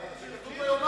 נדמה לי שזה כתוב ביומן.